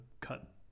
cut